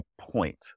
point